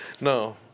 No